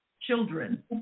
Children